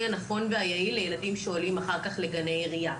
הנכון והיעיל לילדים שעולים אחר כך לגני עירייה.